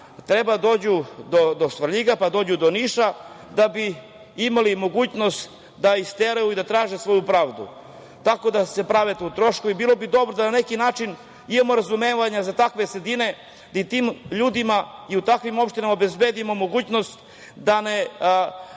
treba da dođu do Svrljiga, pa do Niša, da bi imali mogućnost da isteraju i da traže svoju pravdu, tako da se tu prave troškovi. Bilo bi dobro da na neki način imamo razumevanja za takve sredine i da tim ljudima u takvim opštinama obezbedimo mogućnost da ne